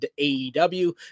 AEW